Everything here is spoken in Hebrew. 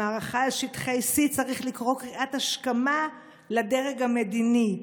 במערכה על שטחי C צריך לקרוא קריאת השכמה לדרג המדיני.